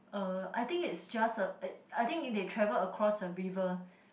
uh I think it's just a I think they travel across a river